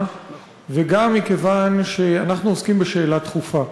וגם מכיוון שאנחנו עוסקים בשאלה דחופה,